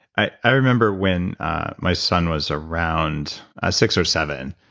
i i remember when my son was around six or seven.